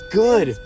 good